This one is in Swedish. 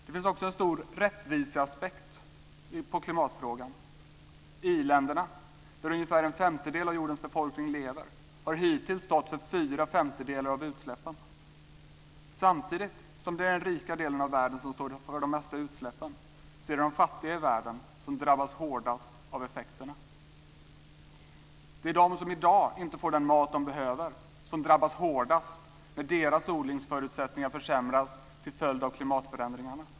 Det finns också en stor rättviseaspekt på klimatfrågan. I-länderna, där ungefär en femtedel av jordens befolkning lever, har hittills stått för fyra femtedelar av utsläppen. Samtidigt som det är den rika delen av världen som står för det mesta av utsläppen är det den fattiga världen som drabbas hårdast av effekterna. Det är de som i dag inte får den mat de behöver som drabbas hårdast när deras odlingsförutsättningar försämras till följd av klimatförändringarna.